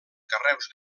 carreus